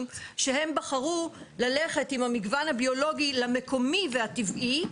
שהם בחרו ללכת עם המגוון הביולוגי למקומי והטבעי,